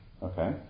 Okay